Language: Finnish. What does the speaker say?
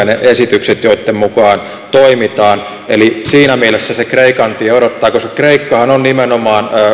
ne esitykset joitten mukaan toimitaan eli siinä mielessä se kreikan tie odottaa koska kreikkahan on nimenomaan